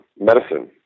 medicine